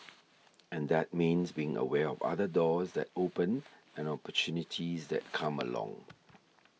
and that means being aware of other doors that open and opportunities that come along